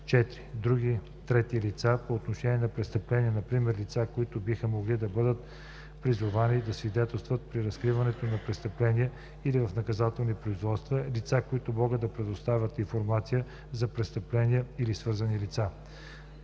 и 4. други трети лица по отношение на престъпление, например лица, които биха могли да бъдат призовани да свидетелстват при разследване на престъпления или в наказателни производства, лица, които могат да предоставят информация за престъпления или свързани лица.